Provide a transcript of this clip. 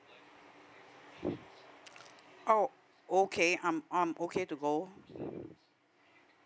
oh okay um I'm okay to go